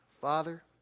Father